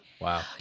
Wow